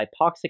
hypoxic